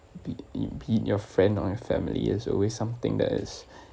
be it be it your friend or your family is always something that is